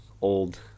old